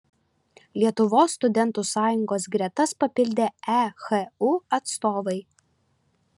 lietuvos studentų sąjungos gretas papildė ehu atstovai